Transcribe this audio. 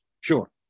Sure